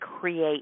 create